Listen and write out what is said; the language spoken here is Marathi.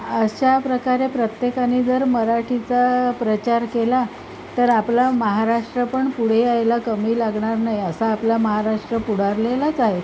अशा प्रकारे प्रत्येकाने जर मराठीचा प्रचार केला तर आपला महाराष्ट्र पण पुढे यायला कमी लागणार नाही असा आपला महाराष्ट्र पुढारलेलाच आहेत